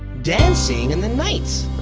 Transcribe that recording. dancing in the night.